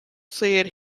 said